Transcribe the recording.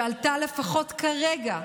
שעלתה, לפחות כרגע,